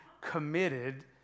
committed